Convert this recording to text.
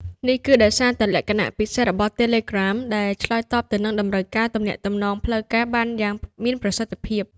នេះគឺដោយសារតែលក្ខណៈពិសេសរបស់ Telegram ដែលឆ្លើយតបទៅនឹងតម្រូវការទំនាក់ទំនងផ្លូវការបានយ៉ាងមានប្រសិទ្ធភាព។